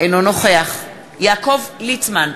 אינו נוכח יעקב ליצמן,